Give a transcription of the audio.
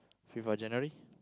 fifth of January